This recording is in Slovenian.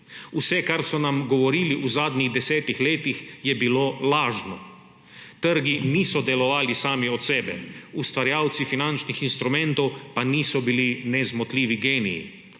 Vse, kar so nam govorili v zadnjih desetih letih, je bilo lažno. Trgi niso delovali sami od sebe, ustvarjalci finančnih instrumentov pa niso bili nezmotljivi geniji.